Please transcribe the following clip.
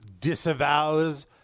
disavows